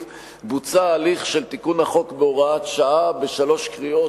בוצע הליך של תיקון החוק בהוראת שעה בשלוש קריאות,